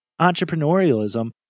entrepreneurialism